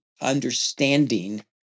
understanding